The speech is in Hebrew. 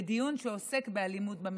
בדיון שעוסק באלימות במשפחה.